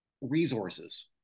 resources